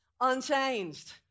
unchanged